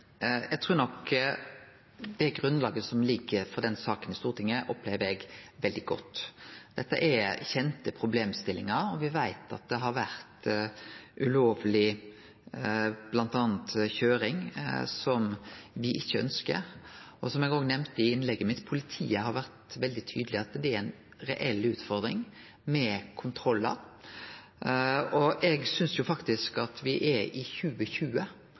Eg opplever at det grunnlaget som ligg for denne saka i Stortinget, er veldig godt. Dette er kjente problemstillingar. Me veit at det har vore bl.a. ulovleg køyring, som me ikkje ønskjer. Som eg òg nemnde i innlegget mitt, har politiet vore veldig tydeleg på at det er ei reell utfordring med kontrollar. Me er no i 2020, og dette med ei enkel registrering er enklare i 2020